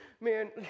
man